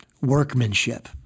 workmanship